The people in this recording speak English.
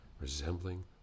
resembling